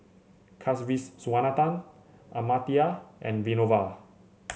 Kasiviswanathan Amartya and Vinoba